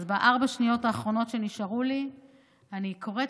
בארבע השניות האחרונות שנשארו לי אני קוראת,